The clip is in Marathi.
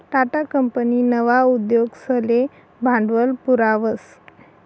टाटा कंपनी नवा उद्योगसले भांडवल पुरावस